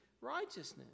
righteousness